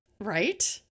Right